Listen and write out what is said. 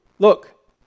Look